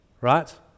right